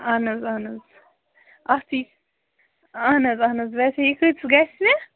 اہن حظ اہن حظ اَتھ یہِ اَہن حظ اہن حظ ویسے یہِ کۭتِس گژھِ نے